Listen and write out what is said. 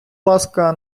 ласка